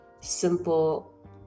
simple